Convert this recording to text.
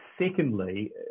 Secondly